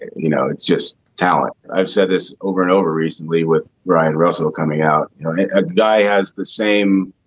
you know it's just talent. i've said this over and over recently with brian russell coming out a guy has the same.